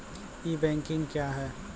ई banking क्या हैं?